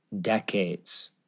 decades